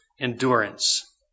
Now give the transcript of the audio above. endurance